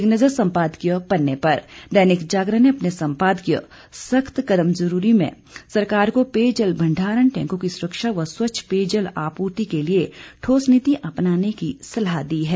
एक नज़र सम्पादकीय पन्ने पर दैनिक जागरण ने अपने संपादकीय सख्त कदम जरूरी में सरकार को पेयजल भंडारण टैंकों की सुरक्षा व स्वच्छ पेयजल आपूर्ति के लिए ठोस नीति अपनाने की सलाह दी है